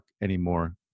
anymore